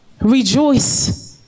rejoice